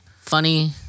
funny